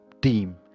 team